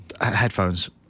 Headphones